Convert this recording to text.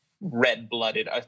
red-blooded